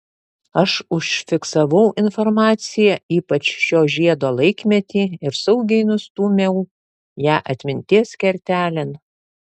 aš užfiksavau informaciją ypač šio žiedo laikmetį ir saugiai nustūmiau ją atminties kertelėn